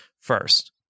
first